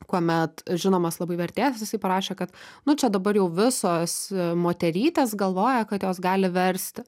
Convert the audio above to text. kuomet žinomas labai vertėjas jisai parašė kad nu čia dabar jau visos moterytės galvoja kad jos gali versti